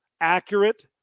accurate